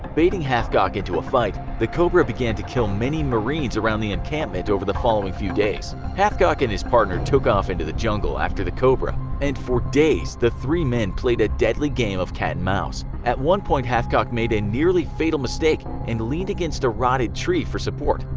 baiting hathcock into a fight, the cobra began to kill many marines around the encampment over the following few days. hathcock and his partner took off into the jungle after the cobra and for days the three men played a deadly game of cat and mouse. at one point hathcock made a nearly-fatal mistake and leaned against a rotted tree for support,